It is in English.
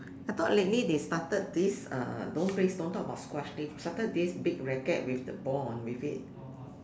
I thought lately they started this uh don't play don't talk about squash they started this big racket with the ball on with it